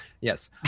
Yes